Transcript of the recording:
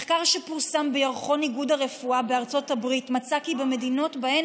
מחקר שפורסם בירחון איגוד הרפואה בארצות הברית מצא כי במדינות שבהן